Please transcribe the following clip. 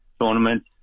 tournament